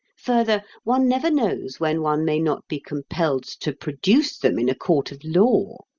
further, one never knows when one may not be compelled to produce them in a court of law.